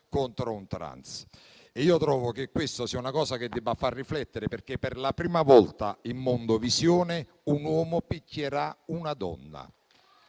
contro un trans. Io trovo che questa sia una cosa che debba far riflettere perché, per la prima volta in mondovisione, un uomo picchierà una donna.